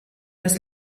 das